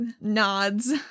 nods